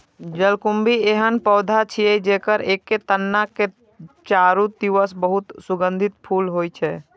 जलकुंभी एहन पौधा छियै, जेकर एके तना के चारू दिस बहुत सुगंधित फूल होइ छै